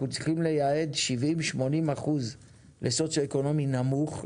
אנחנו צריכים לייעד 70%-80% לסוציו-אקונומי נמוך,